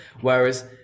Whereas